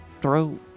throw